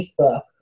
Facebook